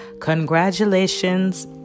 Congratulations